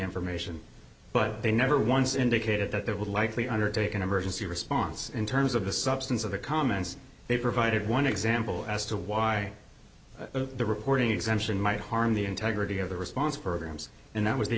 information but they never once indicated that there would likely undertake an emergency response in terms of the substance of the comments they provided one example as to why the reporting exemption might harm the integrity of the response programs and that was the